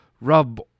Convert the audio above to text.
rub